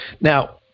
Now